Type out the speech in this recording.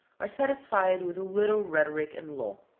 are satisfied with a little rhetoric and law.